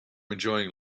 enjoying